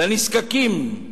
לנזקקים,